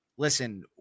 Listen